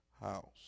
house